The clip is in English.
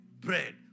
Bread